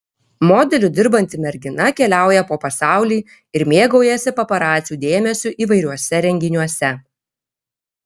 modeliu dirbanti mergina keliauja po pasaulį ir mėgaujasi paparacių dėmesiu įvairiuose renginiuose